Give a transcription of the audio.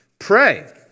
pray